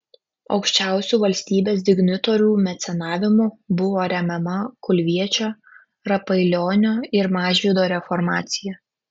aukščiausių valstybės dignitorių mecenavimu buvo remiama kulviečio rapailionio ir mažvydo reformacija